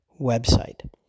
website